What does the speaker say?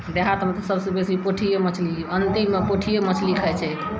देहातमे तऽ सभसँ बेसी पोठिये मछली अन्तिममे पोठिये मछली खाय छै